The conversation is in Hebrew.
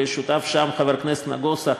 ושותף שם חבר הכנסת נגוסה,